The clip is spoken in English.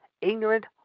ignorant